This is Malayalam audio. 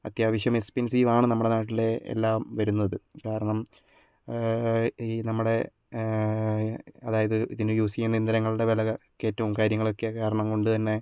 അത്യാവശ്യം എക്സ്പെൻസീവ് ആണ് നമ്മുടെ നാട്ടിലെ എല്ലാം വരുന്നത് കാരണം ഈ നമ്മുടെ അതായത് ഇതിന് യൂസ് ചെയ്യുന്ന ഇന്ധനങ്ങളുടെ വിലക്കയറ്റവും കാര്യങ്ങളൊക്കെ കാരണം കൊണ്ടുതന്നെ